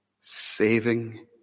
saving